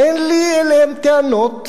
אין לי אליהם טענות.